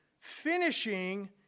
finishing